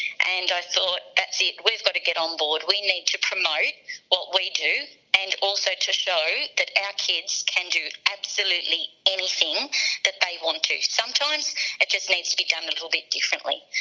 and i thought, that's it, we've got to get on board, we need to promote what we do, and also to show that kids can do absolutely anything that they want to. sometimes it just needs to be done and a bit differently.